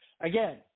Again